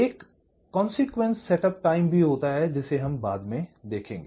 एक consequence set up time भी होता है जिसे हम बाद में देखेंगे